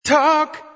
Talk